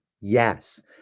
Yes